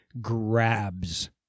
grabs